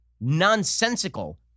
nonsensical